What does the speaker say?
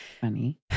funny